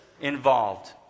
involved